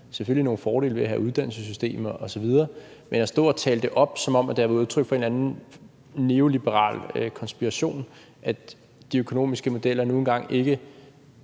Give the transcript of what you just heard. selvfølgelig nogle fordele ved at have uddannelsessystemet osv., men man står og taler det op, som om det er et udtryk for en eller anden neoliberal konspiration, at de økonomiske modeller nu engang ikke